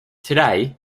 today